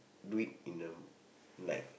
do it in the night